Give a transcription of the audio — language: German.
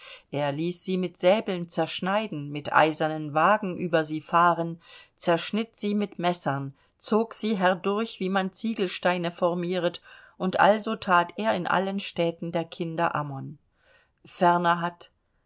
er ließ sie mit säbeln zerschneiden mit eisernen wagen über sie fahren zerschnitt sie mit messern zog sie herdurch wie man ziegelsteine formieret und also that er in allen städten der kinder ammon ferner hat